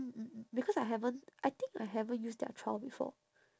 because I haven't I think I haven't used their trial before